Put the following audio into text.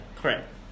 Correct